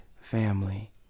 family